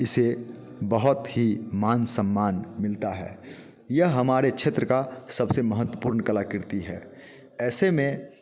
इसे बहुत ही मान सम्मान मिलता है यह हमारे क्षेत्र का सबसे महत्वपूर्ण कलाकृति है ऐसे में